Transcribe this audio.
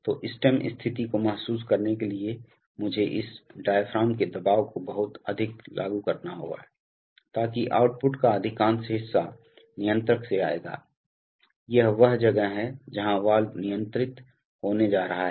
तो स्टेम स्थिति को महसूस करने के लिए मुझे इस डायाफ्राम के दबाव को बहुत अधिक लागू करना होगा ताकि आउटपुट का अधिकांश हिस्सा नियंत्रक से आएगा यह वह जगह है जहां वाल्व नियंत्रित होने जा रहा है